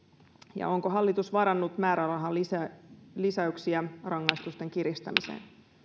ja onko hallitus varannut määrärahalisäyksiä rangaistusten kiristämiseen